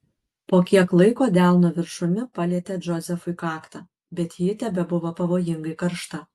po kiek laiko delno viršumi palietė džozefui kaktą bet ji tebebuvo pavojingai karšta